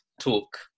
talk